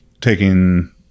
taking